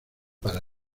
para